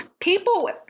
people